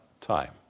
time